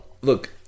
Look